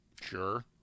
Sure